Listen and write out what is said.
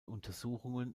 untersuchungen